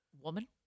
Woman